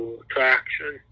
attraction